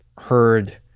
heard